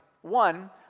One